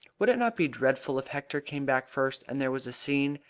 would it not be dreadful if hector came back first and there was a scene?